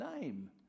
name